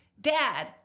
Dad